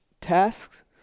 tasks